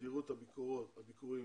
תדירות הביקורים,